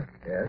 Yes